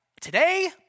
today